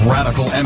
Radical